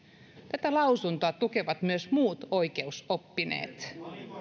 tätä lausuntoa tukevat myös muut oikeusoppineet